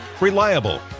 reliable